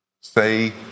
Say